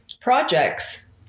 projects